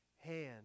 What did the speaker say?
hand